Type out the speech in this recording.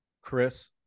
Chris